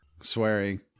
swearing